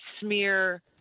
smear